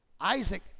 Isaac